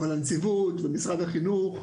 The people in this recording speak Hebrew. אבל הנציבות, ומשרד החינוך,